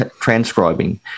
transcribing